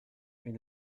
une